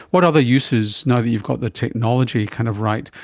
what other uses, now that you've got the technology kind of right,